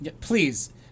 Please